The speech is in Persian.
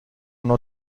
نوع